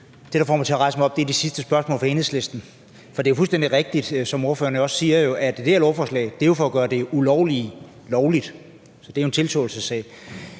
Det, der får mig til at rejse mig op til en kort bemærkning, er det sidste spørgsmål fra Enhedslisten. Det er jo fuldstændig rigtigt, som ordføreren også siger, nemlig at det her lovforslag er for at gøre det ulovlige lovligt. Det er jo en tilståelsessag.